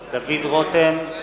רותם,